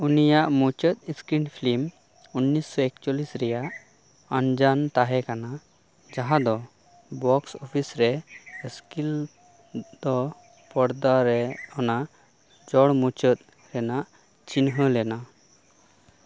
ᱩᱱᱤᱭᱟᱜ ᱢᱩᱪᱟ ᱫ ᱥᱠᱤᱱ ᱯᱷᱞᱤᱢ ᱩᱱᱱᱤᱥᱥᱚ ᱮᱠᱪᱚᱞᱞᱤᱥ ᱨᱮᱭᱟᱜ ᱟᱱᱡᱟᱱ ᱛᱟᱦᱮᱸ ᱠᱟᱱᱟ ᱡᱟᱦᱟᱸ ᱫᱚ ᱵᱚᱠᱥ ᱚᱯᱷᱤᱥ ᱨᱮ ᱥᱠᱤᱞ ᱫᱚ ᱯᱚᱨᱫᱟ ᱨᱮ ᱚᱱᱟ ᱪᱚᱲ ᱢᱩᱪᱟ ᱫ ᱨᱮᱱᱟᱜ ᱪᱤᱱᱦᱟ ᱞᱮᱱᱟ